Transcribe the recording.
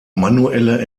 manuelle